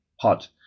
hot